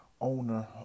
owner